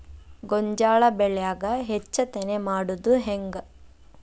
ಗೋಂಜಾಳ ಬೆಳ್ಯಾಗ ಹೆಚ್ಚತೆನೆ ಮಾಡುದ ಹೆಂಗ್?